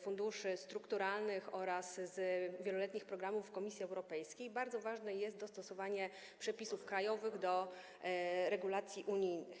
funduszy strukturalnych oraz z wieloletnich programów Komisji Europejskiej, bardzo ważne jest dostosowanie przepisów krajowych do regulacji unijnych.